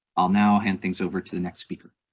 i'll now hand things over to the next speaker.